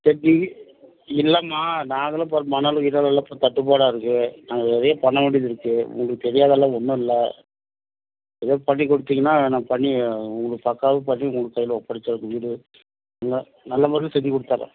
இல்லைம்மா நான் அதெலாம் போட மணல் கிணலு எல்லாம் இப்போ தட்டுப்பாடாக இருக்குது நாங்கள் நிறைய பண்ண வேண்டியது இருக்குது உங்களுக்கு தெரியாதெல்லாம் ஒன்று இல்லை ஏதோ பண்ணி கொடுத்திங்கனா நான் பண்ணி உங்களுக்கு பக்காவாக பண்ணி உங்கள் கையில் ஒப்படைச்சிடுவேன் வீடு ந நல்ல முறையில் செஞ்சு கொடுத்தடுறேன்